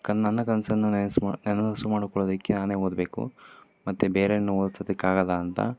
ಕನ್ ನನ್ನ ಕನಸನ್ನು ನನಸು ಮಾ ನನಸು ಮಾಡ್ಕೊಳ್ಳೊದಕ್ಕೆ ನಾನೇ ಓದಬೇಕು ಮತ್ತು ಬೇರೇನೂ ಓದ್ಸೋದಕ್ಕೆ ಆಗೋಲ್ಲ ಅಂತ